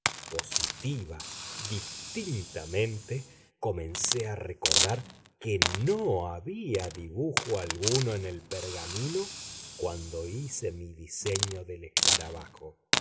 positiva distintamente comencé a recordar que no había dibujo alguno en el pergamino cuando hice mi diseño del escarabajo